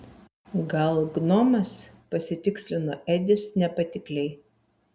gal gnomas pasitikslino edis nepatikliai